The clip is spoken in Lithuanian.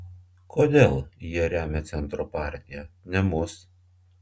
kodėl jie remia centro partiją ne mus